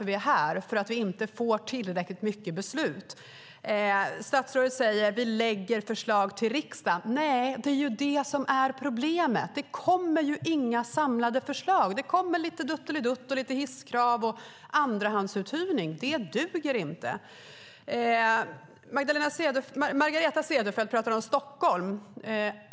Vi är här för att vi inte få tillräckligt många beslut. Statsrådet säger: Vi lägger fram förslag till riksdagen. Nej, problemet är att det inte kommer några samlade förslag. Det kommer lite "duttelidutt", hisskrav och andrahandsuthyrning, men det duger inte. Margareta Cederfelt pratade om Stockholm.